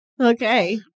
okay